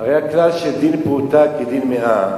הרי הכלל שדין פרוטה כדין מאה